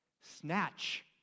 Snatch